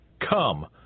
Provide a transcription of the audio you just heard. Come